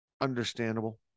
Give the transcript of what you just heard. Understandable